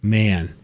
man